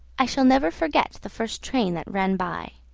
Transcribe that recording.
i shall never forget the first train that ran by.